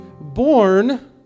born